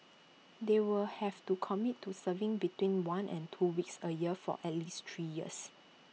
they will have to commit to serving between one and two weeks A year for at least three years